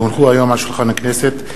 כי הונחו היום על שולחן הכנסת,